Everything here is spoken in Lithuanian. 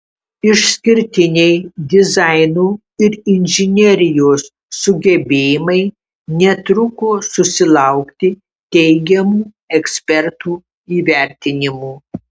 išskirtiniai dizaino ir inžinerijos sugebėjimai netruko susilaukti teigiamų ekspertų įvertinimų